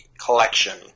collection